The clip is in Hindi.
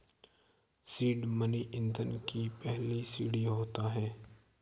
सीड मनी ईंधन की पहली सीढ़ी होता है